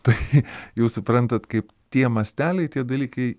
tai jūs suprantat kaip tie masteliai tie dalykai